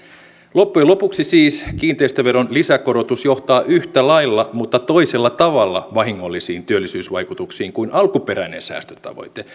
loppujen lopuksi siis kiinteistöveron lisäkorotus johtaa yhtä lailla mutta toisella tavalla vahingollisiin työllisyysvaikutuksiin kuin alkuperäinen säästötavoite